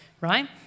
right